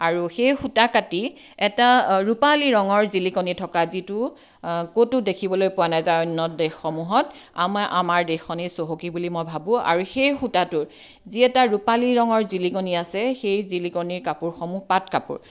আৰু সেই সূতা কাটি এটা ৰূপালী ৰঙৰ জিলিকনি থকা যিটো ক'তো দেখিবলৈ পোৱা নাযায় অন্য দেশসমূহত আমা আমাৰ দেশখনেই চহকী বুলি মই ভাবোঁ আৰু সেই সূতাটো যি এটা ৰূপালী ৰঙৰ জিলিকনি আছে সেই জিলিকনিৰ কাপোৰসমূহ পাটকাপোৰ